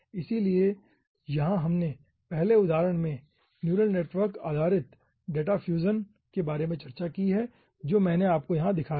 इसलिए यहां हमने पहले उदाहरण में न्यूरल नेटवर्क आधारित डेटा फ्यूजन के बारे में चर्चा की है जो मैंने आपको दिखाया है